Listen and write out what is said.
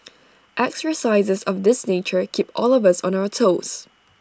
exercises of this nature keep all of us on our toes